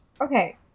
okay